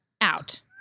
out